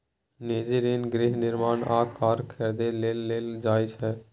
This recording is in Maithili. निजी ऋण गृह निर्माण आ कार खरीदै लेल लेल जाइ छै